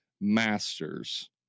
masters